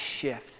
shift